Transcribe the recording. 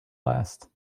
last